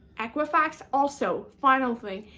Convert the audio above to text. equifax. also, final thing,